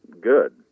good